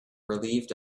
relieved